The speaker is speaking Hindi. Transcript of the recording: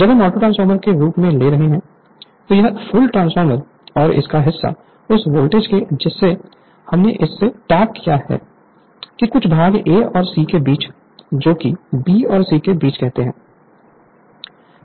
जब हम ऑटोट्रांसफॉर्मर के रूप में ले रहे हैं तो यह फुल ट्रांसफार्मर और इसका हिस्सा उस वोल्टेज हैं जिसे हमने इस से टैप किया है कि कुछ भाग A और C के बीच जो कि B और C है के बीच कहते हैं